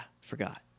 forgot